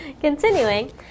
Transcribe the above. Continuing